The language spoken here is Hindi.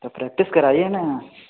तो प्रैक्टिस कराइए ना